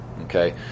Okay